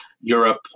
Europe